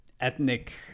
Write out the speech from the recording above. ethnic